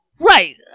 Right